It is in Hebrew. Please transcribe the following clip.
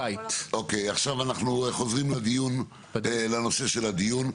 עכשיו, אנחנו חוזרים לנושא של הדיון.